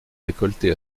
récolter